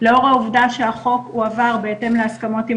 לאור העובדה שהחוק הועבר בהתאם להסכמות עם